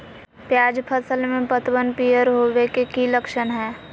प्याज फसल में पतबन पियर होवे के की लक्षण हय?